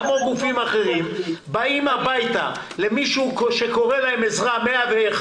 כמו גופים אחרים באים הביתה למישהו שקורא להם לעזרה ב-101,